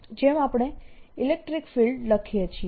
જેમ આપણે electric field લખીએ છીએ